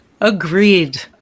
Agreed